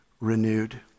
renewed